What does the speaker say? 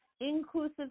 inclusive